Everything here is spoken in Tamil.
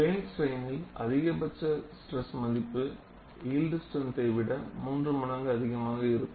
பிளேன் ஸ்ட்ரைனில் அதிகபட்ச ஸ்ட்ரெஸ் மதிப்பு யீல்டு ஸ்ட்ரெந்தை விட 3 மடங்கு அதிகமாக இருக்கும்